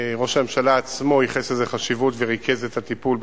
ראש הממשלה עצמו ייחס לזה חשיבות וריכז את הטיפול,